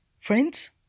friends